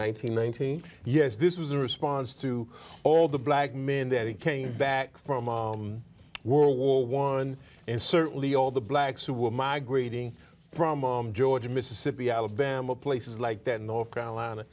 hundred yes this was a response to all the black men that he came back from world war one and certainly all the blacks who were migrating from mom georgia mississippi alabama places like that in north carolina